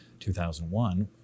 2001